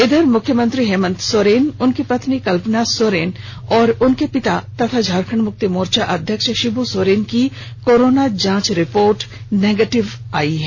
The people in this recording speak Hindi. इधर मुख्यमंत्री हेमंत सोरेन उनकी पत्नी कल्पना सोरेन और उनके पिता तथा झारखंड मुक्ति मोर्चा अध्यक्ष शिवू सोरेन की कोरोना जांच रिपोर्ट निगेटिव आयी है